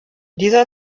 dieser